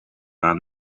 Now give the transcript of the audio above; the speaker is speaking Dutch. aan